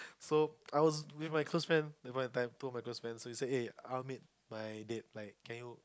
so I was with my close friend at that point of time I told my close friend so you say eh I want to meet my date like can you